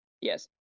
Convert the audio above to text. Yes